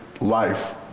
life